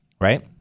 right